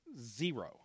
Zero